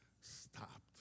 Stopped